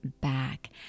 back